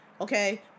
okay